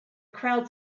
crowd